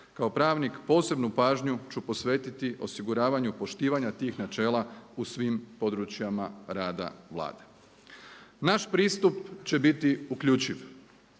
kao pravnik posebnu pažnju ću posvetiti osiguravanju poštivanja tih načela u svim područjima rada Vlade. Naš pristup će biti uključiv.